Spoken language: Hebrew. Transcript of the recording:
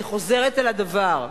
אני חוזרת על הדבר,